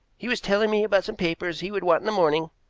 he was telling me about some papers he would want in the morning.